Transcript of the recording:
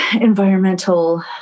environmental